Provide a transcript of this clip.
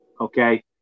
Okay